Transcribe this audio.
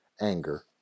anger